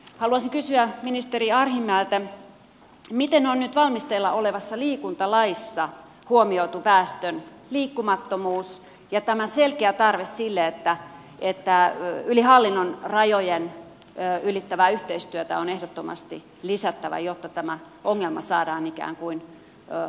haluaisin kysyä ministeri arhinmäeltä miten on nyt valmisteilla olevassa liikuntalaissa huomioitu väestön liikkumattomuus ja tämä selkeä tarve sille että yli hallinnon rajojen ylittävää yhteistyötä on ehdottomasti lisättävä jotta tämä ongelma saadaan ikään kuin hanskattua